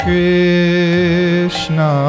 Krishna